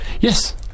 Yes